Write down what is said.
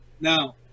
Now